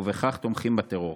ובכך תומכים בטרור?